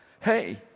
Hey